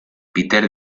peter